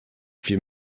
wir